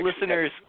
listeners